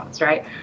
Right